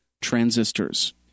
transistors